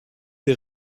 des